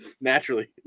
Naturally